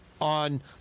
on